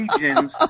regions